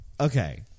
Okay